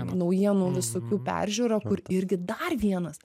naujienų visokių peržiūra kur irgi dar vienas